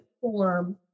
form